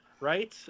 right